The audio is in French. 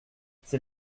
c’est